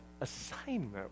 assignment